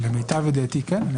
למיטב ידיעתי כן.